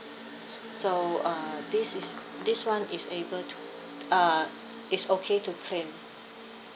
so uh this is this [one] is able to uh it's okay to claim